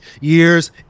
years